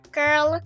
girl